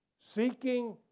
seeking